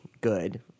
good